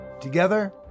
Together